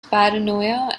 paranoia